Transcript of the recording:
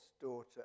daughter